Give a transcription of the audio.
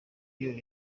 iyo